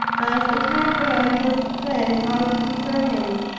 as it had drawn his friend out before him.